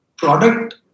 product